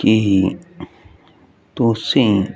ਕੀ ਤੁਸੀਂ